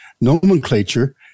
nomenclature